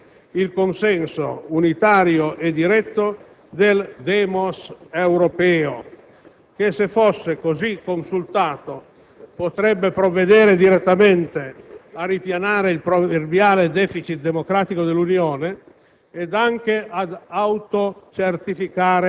affinché il Trattato costituzionale riceva il consenso unitario e diretto del *demo**s* europeo che, se fosse così consultato, potrebbe provvedere direttamente a ripianare il proverbiale *deficit* democratico dell'Unione